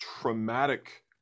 traumatic